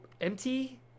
empty